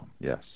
Yes